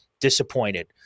disappointed